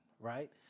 Right